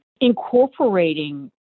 incorporating